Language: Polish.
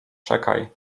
czekaj